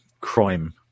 crime